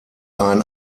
ein